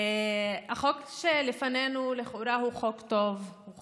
החוק שלפנינו הוא לכאורה חוק טוב: הוא